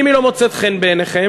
אם היא לא מוצאת חן בעיניכם,